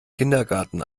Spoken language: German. kindergarten